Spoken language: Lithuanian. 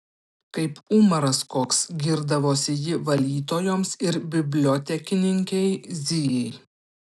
kaip umaras koks girdavosi ji valytojoms ir bibliotekininkei zijai